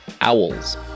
Owls